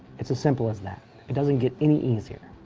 it's as simple as that it doesn't get any easier.